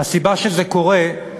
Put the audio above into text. הסיבה שזה קורה היא